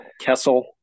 Kessel